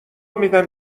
میدم